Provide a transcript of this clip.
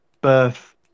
birth